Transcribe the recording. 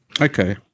Okay